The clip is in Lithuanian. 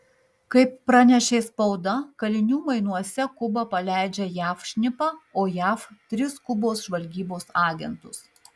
kaip pranešė spauda kalinių mainuose kuba paleidžia jav šnipą o jav tris kubos žvalgybos agentus